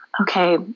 Okay